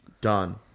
Done